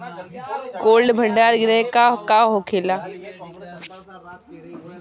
Cold भण्डार गृह का होखेला?